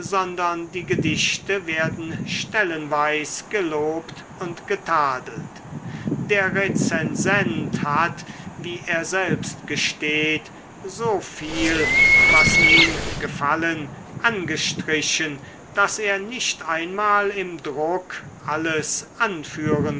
sondern die gedichte werden stellenweis gelobt und getadelt der rezensent hat wie er selbst gesteht so viel was ihm gefallen angestrichen daß er nicht einmal im druck alles anführen